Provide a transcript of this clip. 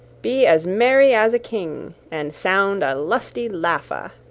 be as merry as a king, and sound a lusty laugh-a.